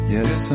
Yes